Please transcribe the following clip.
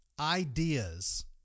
ideas